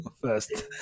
first